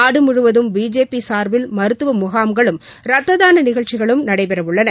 நாடு முழுவதும் பிஜேபி சாா்பில ்மருத்துவ முகாம்களும் ரத்தரான நிகழ்ச்சிகளும் நடைபெறவுள்ளன